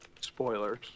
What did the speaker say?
Spoilers